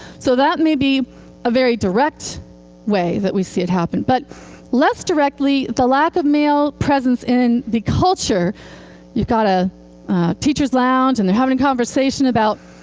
so that may be a very direct way that we see it happen. but less directly, the lack of male presence in the culture you've got a teachers' lounge, and they're having a conversation about